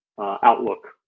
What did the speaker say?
outlook